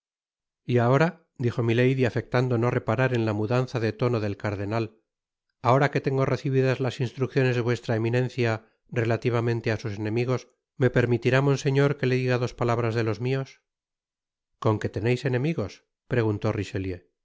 y ahora dijo milady afectando no reparar en la mudanza de tono del cardenal ahora que tengo recibidas las instrucciones de vuestra eminencia relativamente á sus enemigos me permitirá monseñor que le diga dos palabras de los mios con que teneis enemigos preguntó richelieu